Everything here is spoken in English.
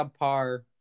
subpar